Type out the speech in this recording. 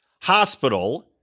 hospital